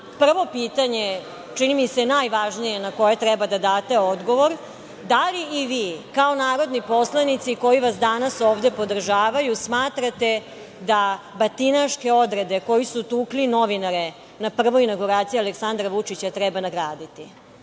pitanje, čini mi se najvažnije na koje treba da date odgovor – da li i vi kao narodni poslanici koji vas danas ovde podržavaju, smatrate da batinaške odrede koji su tukli novinare na prvoj inauguraciji Aleksandra Vučića treba nagraditi? Da